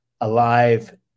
alive